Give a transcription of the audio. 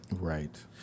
right